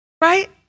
Right